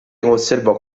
osservò